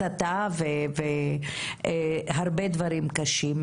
הסתה והרבה דברים קשים,